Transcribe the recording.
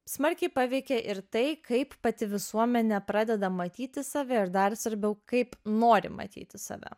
smarkiai paveikė ir tai kaip pati visuomenė pradeda matyti save ir dar svarbiau kaip nori matyti save